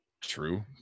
True